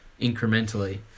incrementally